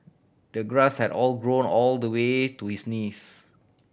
the grass had all grown all the way to his knees